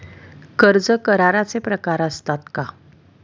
कर्ज कराराचे प्रकार असतात का?